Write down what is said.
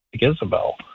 Isabel